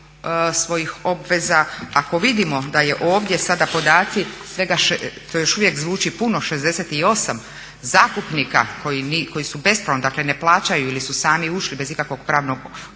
svojih obveza. Ako vidimo da je ovdje sada podaci svega 68, to još uvijek zvuči puno 68 zakupnika koji su bespravno, dakle ne plaćaju ili su sami ušli bez ikakvog pravnog